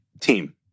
team